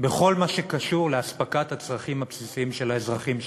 בכל מה שקשור לאספקת הצרכים הבסיסיים של האזרחים שלה.